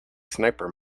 sniper